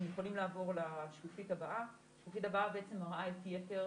אתם יכולים לעבור לשקופית הבאה והיא מראה בעצם את יתר